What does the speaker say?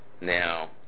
Now